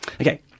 Okay